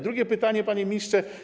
Drugie pytanie, panie ministrze.